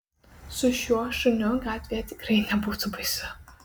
su šiuo šuniu gatvėje tikrai nebūtų baisu